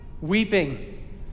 weeping